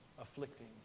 afflicting